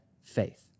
faith